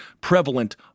prevalent